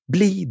Bli